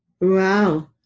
Wow